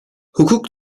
hukuk